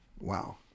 Wow